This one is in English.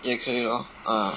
也可以 loh ah